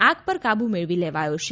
આગ પર કાબુ મેળવી લેવાથો છે